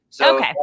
Okay